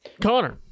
Connor